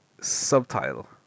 subtitle